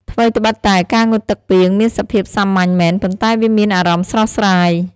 ថ្វីដ្បិតតែ ការងូតទឹកពាងមានភាពសាមញ្ញមែន ប៉ុន្តែវាមានអារម្មណ៍ស្រស់ស្រាយ។